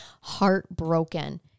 heartbroken